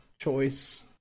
choice